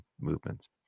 movements